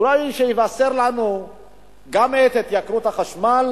אולי שיבשר לנו שגם את התייקרות החשמל